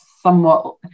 somewhat